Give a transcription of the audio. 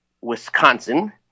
Wisconsin